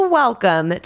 welcome